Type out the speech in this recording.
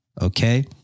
Okay